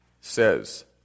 says